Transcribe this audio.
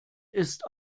ist